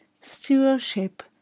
stewardship